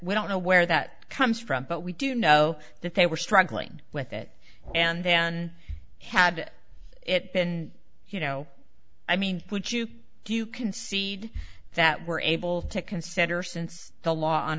we don't know where that comes from but we do know that they were struggling with it and then had it been you know i mean would you do you concede that we're able to consider since the law on